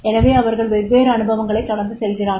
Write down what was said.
எனவே அவர்கள் வெவ்வேறு அனுபவங்களை கடந்து செல்கிறார்கள்